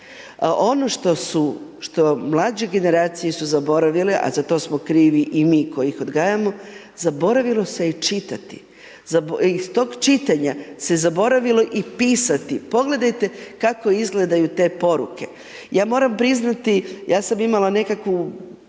su, što mlađe generacije su zaboravile, a za to smo krivi i mi koji ih odgajamo, zaboravilo se je čitati, iz tog čitanja se zaboravilo i pisati. Pogledajte kako izgledaju te poruke, ja moram priznati, ja sam imala nekakvu